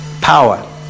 Power